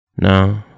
No